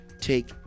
take